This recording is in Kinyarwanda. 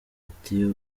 ati